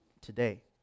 today